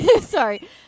sorry